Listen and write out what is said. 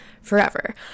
Forever